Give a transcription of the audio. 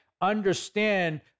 understand